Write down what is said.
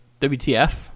WTF